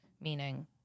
meaning